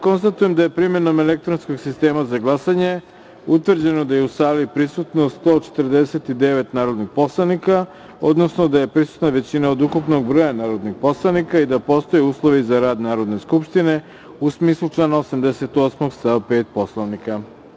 Konstatujem da je, primenom elektronskog sistema za glasanje, utvrđeno da je u sali prisutno 149 narodnih poslanika, odnosno da je prisutna većina od ukupnog broja narodnih poslanika i da postoje uslovi za rad Narodne skupštine u smislu člana 88. stav 5. Poslovnika.